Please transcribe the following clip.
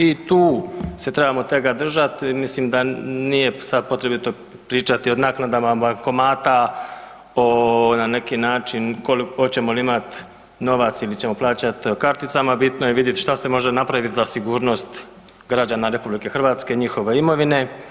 I tu se trebamo toga držati, mislim da nije sada potrebito pričati o naknadama bankomata na neki način hoćemo li imati novac ili ćemo plaćati karticama, bitno je vidjeti što se može napraviti za sigurnost građana RH i njihove imovine.